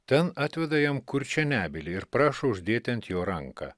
ten atveda jam kurčią nebylį ir prašo uždėti ant jo ranką